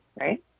Right